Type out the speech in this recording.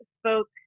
spoke